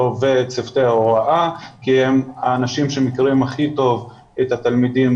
וצוותי ההוראה כי הם האנשים שמכירים הכי טוב התלמידים